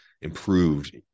improved